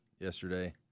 yesterday